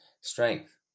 strength